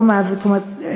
זאת אומרת,